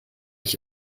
ich